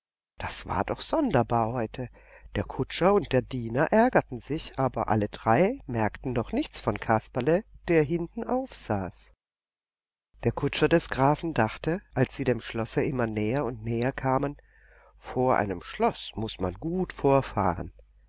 das war doch sonderbar heute der kutscher und der diener ärgerten sich aber alle drei merkten doch nichts von kasperle der hinten aufsaß der kutscher des grafen dachte als sie dem schlosse immer näher und näher kamen vor einem schloß muß man gut vorfahren